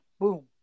boom